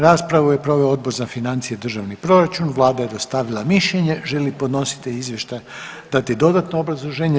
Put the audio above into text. Raspravu je proveo Odbor za financije i državni proračun, Vlada je dostavila mišljenje, želi li podnositelj Izvještaja dati dodatno obrazloženje?